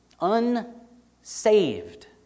Unsaved